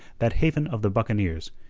that haven of the buccaneers,